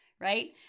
right